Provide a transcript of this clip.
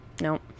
nope